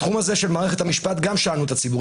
גם בתחום מערכת המשפט גם שאלנו את הציבור.